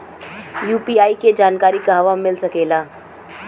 UPI के जानकारी कहवा मिल सकेले?